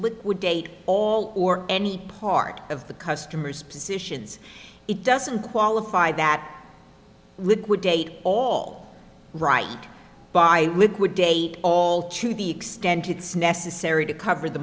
liquidate all or any part of the customer's positions it doesn't qualify that liquidate all right by liquidate all to the extent it's necessary to cover the